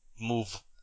move